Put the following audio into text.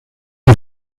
wie